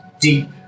deep